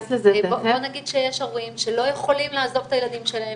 בוא נגיד שיש הורים שלא יכולים לעזוב את הילדים שלהם